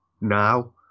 now